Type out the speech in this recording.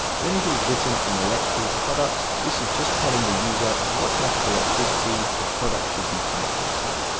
when it is written on electrical products, this is just telling the user what type of electricity the product should be connected to.